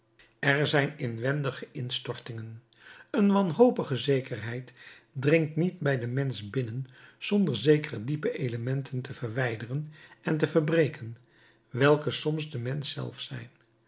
er zijn inwendige instortingen een wanhopige zekerheid dringt niet bij den mensch binnen zonder zekere diepe elementen te verwijderen en te verbreken welke soms de mensch zelf zijn